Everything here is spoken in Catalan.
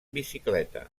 bicicleta